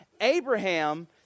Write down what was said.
Abraham